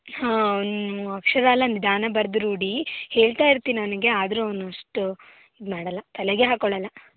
ಹಾಂ ಅವನ ಅಕ್ಷರ ಎಲ್ಲ ನಿಧಾನ ಬರೆದು ರೂಢಿ ಹೇಳ್ತಾ ಇರ್ತೀನಿ ಅವನಿಗೆ ಆದರೂ ಅವನು ಅಷ್ಟು ಇದು ಮಾಡೋಲ್ಲ ತಲೆಗೇ ಹಾಕ್ಕೊಳ್ಳಲ್ಲ